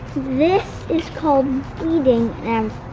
this is called weeding and